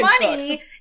money